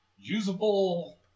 usable